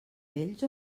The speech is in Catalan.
ells